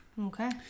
Okay